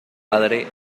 padre